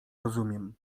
rozumiem